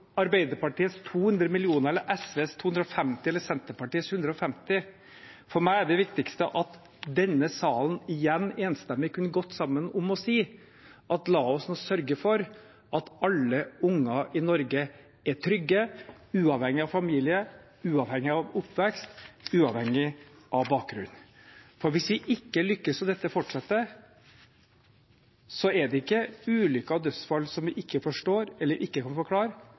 Arbeiderpartiets 200 mill. kr, SVs 250 mill. kr eller Senterpartiets 150 mill. kr. For meg er det viktigste at denne salen igjen enstemmig kunne gått sammen om å si: La oss nå sørge for at alle unger i Norge er trygge, uavhengig av familie, uavhengig av oppvekst, uavhengig av bakgrunn. For hvis vi ikke lykkes, og dette fortsetter, skyldes det ikke ulykker og dødsfall som vi ikke forstår eller ikke kan forklare,